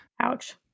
Ouch